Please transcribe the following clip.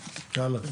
(2)